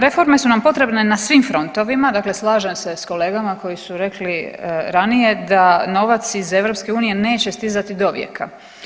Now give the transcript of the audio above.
Reforme su nam potrebne na svim frontovima, dakle slažem se s kolegama koji su rekli ranije da novac iz EU neće stizati dovijeka.